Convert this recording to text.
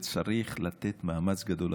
וצריך לתת מאמץ גדול,